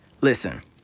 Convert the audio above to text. Listen